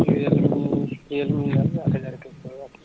real me एक दाम आठ हजारके पड़त